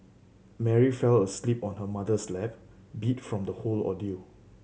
Mary fell asleep on her mother's lap beat from the whole ordeal